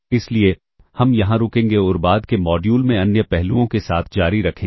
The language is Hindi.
इसलिए हम यहां रुकेंगे और बाद के मॉड्यूल में अन्य पहलुओं के साथ जारी रखेंगे